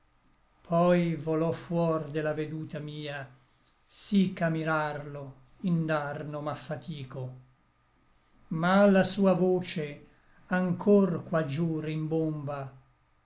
poi volò fuor de la veduta mia sí ch'a mirarlo indarno m'affatico ma la sua voce anchor qua giú rimbomba